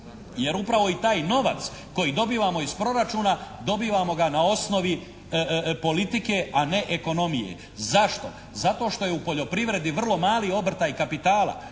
Jer upravo i taj novac koji dobivamo iz proračuna dobivamo ga na osnovi politike, a ne ekonomije. Zašto? Zato što je u poljoprivredi vrlo mali obrtaj kapitala.